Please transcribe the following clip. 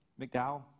McDowell